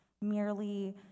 merely